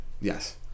Yes